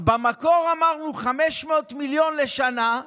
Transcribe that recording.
במקור אמרנו 500 מיליון לשנה,